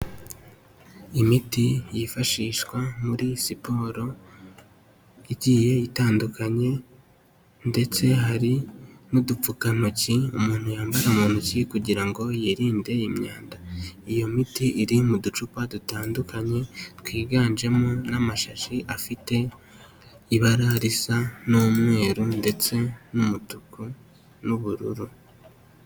Imiti yifashishwa muri siporo igiye itandukanye ndetse hari n'udupfukantoki umuntu yambara mu ntoki kugira ngo yirinde imyanda, iyo miti iri mu ducupa dutandukanye twiganjemo n'amashashi afite ibara risa n'umweru ndetse n'umutuku n'ubururu.